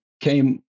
came